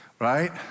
right